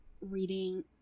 reading